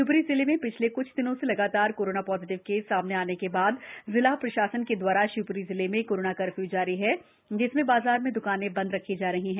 शिवप्री जिले में पिछले क्छ दिनों से लगातार कोरोना पॉजिटिव केस सामने आने के बाद जिला प्रशासन के द्वारा शिवप्री जिले में कोरोना कर्फ्यू जारी है जिसमें बाजार में द्कानें बंद रखा जा रहा है